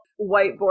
whiteboard